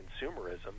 consumerism